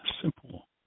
simple